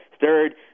Third